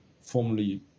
formally